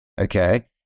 Okay